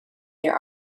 their